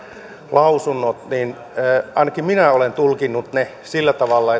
lausunnot niin ainakin minä olen tulkinnut ne sillä tavalla